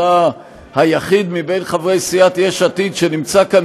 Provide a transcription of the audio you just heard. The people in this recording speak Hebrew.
אתה היחיד מחברי סיעת יש עתיד שנמצא כאן,